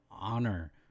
honor